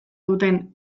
duten